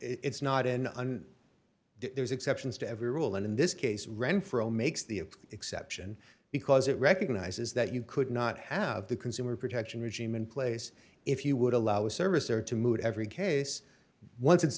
it's not in there's exceptions to every rule and in this case renfro makes the exception because it recognizes that you could not have the consumer protection regime in place if you would allow service or to move every case once it's